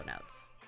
notes